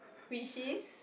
which is